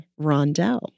Rondell